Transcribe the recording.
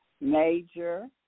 major